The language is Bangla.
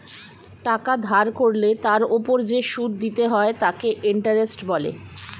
টাকা ধার করলে তার ওপর যে সুদ দিতে হয় তাকে ইন্টারেস্ট বলে